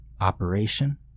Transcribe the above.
Operation